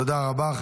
תודה רבה.